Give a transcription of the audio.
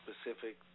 specific